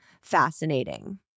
fascinating